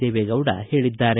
ದೇವೇಗೌಡ ಹೇಳಿದ್ದಾರೆ